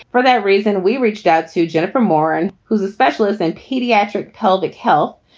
for that reason, we reached out to jennifer morin, who's a specialist in pediatric pelvic hill,